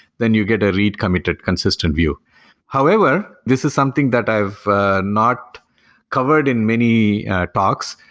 then you get a read committed consistent view however, this is something that i've not covered in many talks.